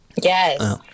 Yes